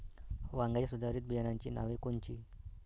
वांग्याच्या सुधारित बियाणांची नावे कोनची?